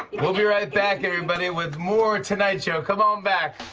we'll be right back, everybody, with more tonight show. come on back.